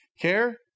care